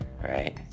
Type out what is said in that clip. right